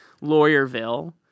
Lawyerville